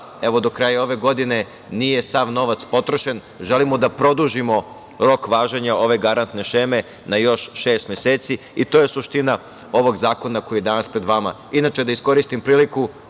da do kraja ove godine nije sav novac potrošen, želimo da produžimo rok važenja ove garantne šeme na još šest meseci. To je suština ovog zakona koji je danas pred vama. Inače, da iskoristim priliku,